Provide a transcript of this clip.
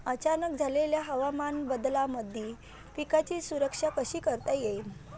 अचानक झालेल्या हवामान बदलामंदी पिकाची सुरक्षा कशी करता येईन?